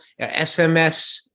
SMS